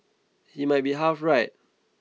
he might be half right